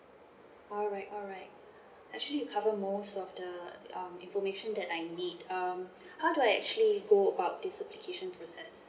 alright alright actually you cover most of the um information that I need um how do I actually go about this application process